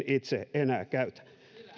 itse enää käytä